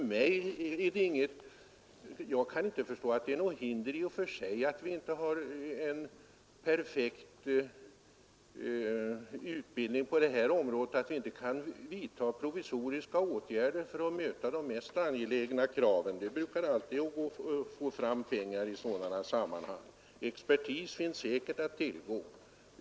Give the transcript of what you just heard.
Jag kan inte förstå att därför att vi inte nu har en perfekt utbildning på det här området detta skulle vara ett hinder för att vidta provisoriska åtgärder i syfte att möta de mest angelägna utbildningskraven. Det brukar alltid gå att få fram pengar i sådana sammanhang. Expertis finns säkerligen att tillgå.